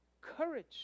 courage